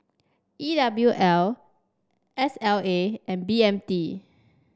E W L S L A and B M T